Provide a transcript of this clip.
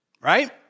right